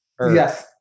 Yes